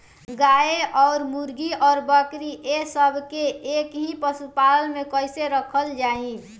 गाय और मुर्गी और बकरी ये सब के एक ही पशुपालन में कइसे रखल जाई?